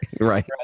right